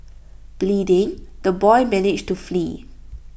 bleeding the boy managed to flee